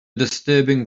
disturbing